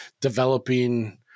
developing